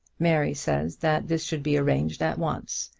mary says that this should be arranged at once,